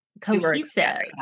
cohesive